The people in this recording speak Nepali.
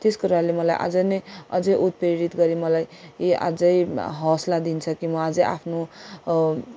त्यस कुराले मलाई अझ नै अझै उत्प्रेरित गरी मलाई अझै हौसला दिन्छ कि म अझै आफ्नो